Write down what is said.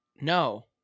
No